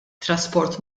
transport